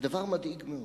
הדבר מדאיג מאוד,